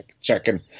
checking